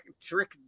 trick